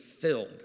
filled